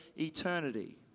eternity